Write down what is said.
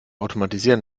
automatisieren